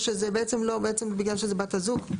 או שבעצם בגלל שזו בת הזוג.